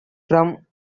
from